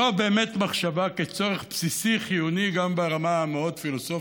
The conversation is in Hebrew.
לא באמת מחשבה על צורך בסיסי חיוני גם ברמה המאוד-פילוסופית,